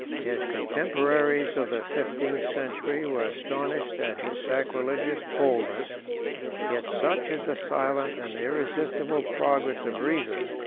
his contemporaries of the fifteenth century were astonished at his sacrilegious boldness yet such is the silent and irresistible progress of reason,